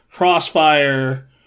Crossfire